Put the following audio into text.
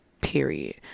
period